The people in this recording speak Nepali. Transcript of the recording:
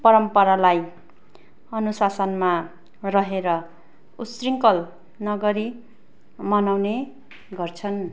परम्परालाई अनुशासनमा रहेर उत् शृङ्खल नगरी मनाउने गर्छन्